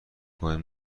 کنید